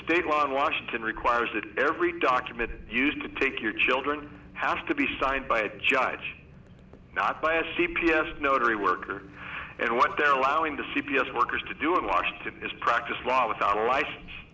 state law in washington requires that every document used to take your children has to be signed by a judge not by a c p s notary worker and what they're allowing the c p s workers to do in washington is practice law without a license